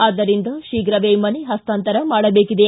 ಆದ್ದರಿಂದ ಶೀಘವೇ ಮನೆ ಪಸ್ತಾಂತರ ಮಾಡಬೇಕಿದೆ